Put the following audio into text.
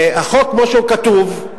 החוק, כמו שהוא כתוב,